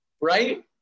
right